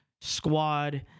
squad